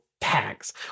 Tags